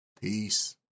Peace